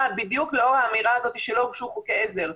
בדיוק לאור האמירה שלא הוגשו חוקי עזר.